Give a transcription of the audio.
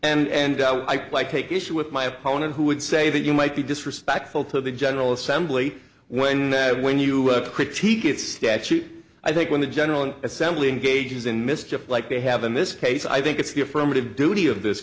itself and i like take issue with my opponent who would say that you might be disrespectful to the general assembly when when you critique it statute i think when the general assembly engages in mischief like they have in this case i think it's the affirmative duty of this